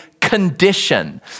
condition